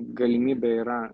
galimybė yra